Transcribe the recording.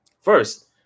First